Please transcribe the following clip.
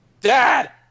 Dad